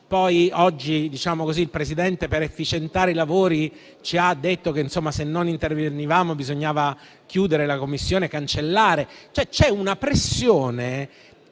poi oggi il Presidente, per efficientare i lavori, ci ha detto che, se non intervenivamo, bisognava chiudere la Commissione e cancellare. C'è una pressione